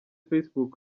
facebook